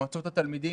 מועצות התלמידים,